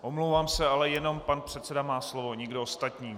Omlouvám se, ale jenom pan předseda má slovo, nikdo ostatní.